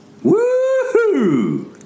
Woohoo